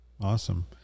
Awesome